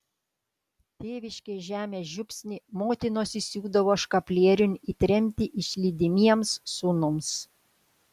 tėviškės žemės žiupsnį motinos įsiūdavo škaplieriun į tremtį išlydimiems sūnums